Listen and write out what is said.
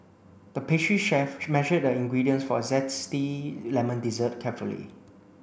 the pastry chef measured the ingredients for a zesty lemon dessert carefully